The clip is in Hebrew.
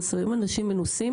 חסרים אנשים מנוסים,